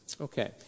okay